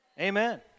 Amen